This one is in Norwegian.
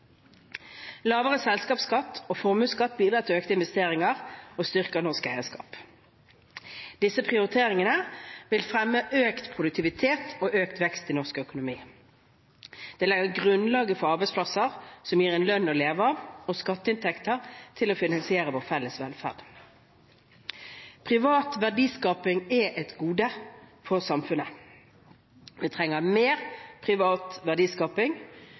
Lavere selskapsskatt og formuesskatt bidrar til økte investeringer og styrker norsk eierskap. Disse prioriteringene vil fremme økt produktivitet og økt vekst i norsk økonomi. Det legger grunnlaget for arbeidsplasser som gir en lønn å leve av og skatteinntekter til å finansiere vår felles velferd. Privat verdiskaping er et gode for samfunnet. Vi trenger mer privat verdiskaping